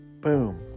boom